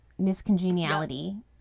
miscongeniality